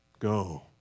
Go